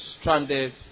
stranded